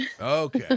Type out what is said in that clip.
Okay